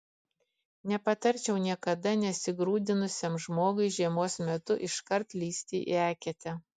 nepatarčiau niekada nesigrūdinusiam žmogui žiemos metu iškart lįsti į eketę